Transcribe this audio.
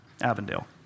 Avondale